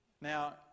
Now